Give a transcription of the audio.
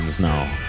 Now